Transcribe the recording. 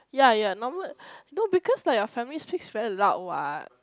ya ya normal no because like your family speaks very loud what